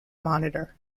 monitor